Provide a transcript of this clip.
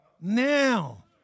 now